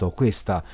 questa